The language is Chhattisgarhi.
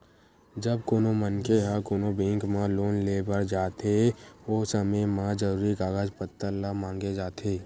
जब कोनो मनखे ह कोनो बेंक म लोन लेय बर जाथे ओ समे म जरुरी कागज पत्तर ल मांगे जाथे